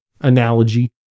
analogy